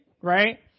right